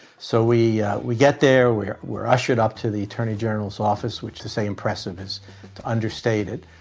so we we get there, we're we're ushered up to the attorney general's so office, which to say impressive is to understate it.